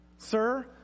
Sir